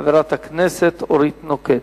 חברת הכנסת אורית נוקד.